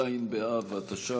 ז' באב התש"ף,